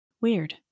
Weird